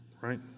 right